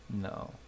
No